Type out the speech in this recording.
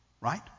Right